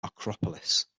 acropolis